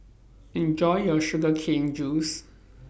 Enjoy your Sugar Cane Juice